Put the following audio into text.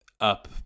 up